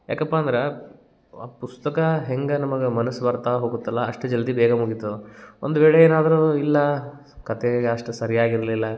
ಯಾಕಪ್ಪ ಅಂದ್ರೆ ಆ ಪುಸ್ತಕ ಹೆಂಗೆ ನಮಗೆ ಮನಸ್ಸು ಬರ್ತಾ ಹೋಗುತ್ತಲ್ಲ ಅಷ್ಟು ಜಲ್ದಿ ಬೇಗ ಮುಗಿತದೆ ಒಂದು ವೇಳೆ ಏನಾದರೂ ಇಲ್ಲ ಕತೆ ಅಷ್ಟು ಸರಿಯಾಗಿರಲಿಲ್ಲ